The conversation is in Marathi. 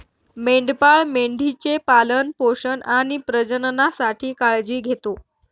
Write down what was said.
मेंढपाळ मेंढी चे पालन पोषण आणि प्रजननासाठी काळजी घेतो